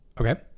okay